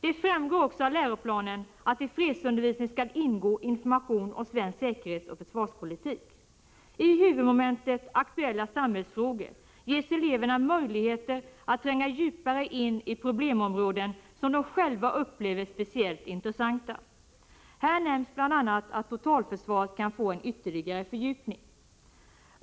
Det framgår också av läroplanen att i fredsundervisningen skall ingå information om svensk säkerhetsoch försvarspolitik. I huvudmomentet Aktuella samhällsfrågor ges eleverna möjlighet att tränga djupare in i problemområden som de själva upplever som speciellt intressanta. Här nämns bl.a. att totalförsvaret kan få en ytterligare fördjupning.